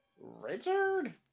Richard